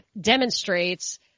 demonstrates